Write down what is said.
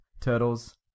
Turtles